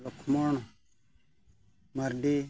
Lakhman Mardi